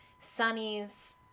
Sonny's